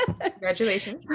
Congratulations